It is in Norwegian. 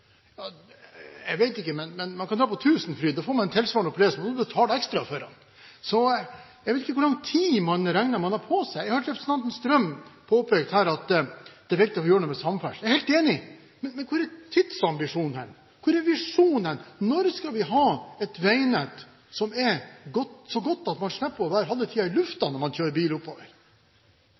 man kan dra på Tusenfryd, da får man tilsvarende opplevelse, men da må man betale ekstra for den. Jeg vet ikke hvor lang tid man regner at man har på seg. Jeg hørte representanten Strøm påpeke her at det er viktig at vi gjør noe med samferdsel. Jeg er helt enig. Men hvor er tidsambisjonen hen? Hvor er visjonen hen? Når skal vi ha et veinett som er så godt at man slipper å være halve tiden i luften når man kjører bil